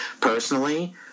personally